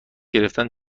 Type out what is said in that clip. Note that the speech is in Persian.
گرفتن